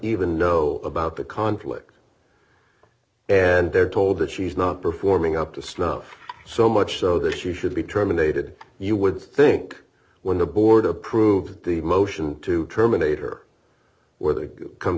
even know about the conflict and they're told that she's not performing up to snuff so much so that she should be terminated you would think when the board approved the motion to terminate or where they come